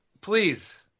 please